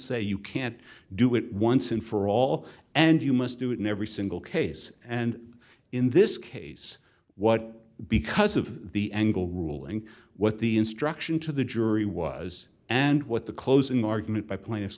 say you can't do it once and for all and you must do it in every single case and in this case what because of the angle ruling what the instruction to the jury was and what the closing argument by pla